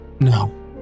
No